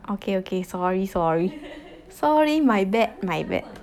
okay okay sorry sorry sorry my bad my bad